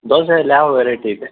ದೋಸೆಲಿ ಯಾವ ವೆರೈಟಿ ಇದೆ